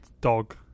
dog